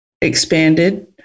expanded